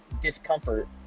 discomfort